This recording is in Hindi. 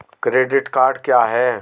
क्रेडिट कार्ड क्या है?